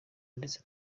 ndetse